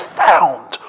found